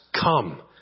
come